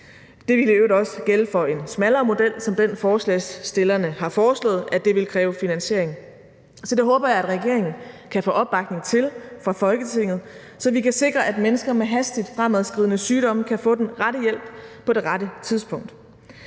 det ville i øvrigt også gælde for en smallere model som den, forslagsstillerne har foreslået. Så det håber jeg at regeringen kan få opbakning til fra Folketinget, så vi kan sikre, at mennesker med hastigt fremadskridende sygdomme kan få den rette hjælp på det rette tidspunkt.